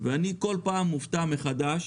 ואני כל פעם מופתע מחדש